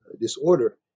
disorder